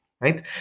right